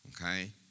okay